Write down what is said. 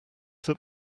that